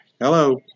Hello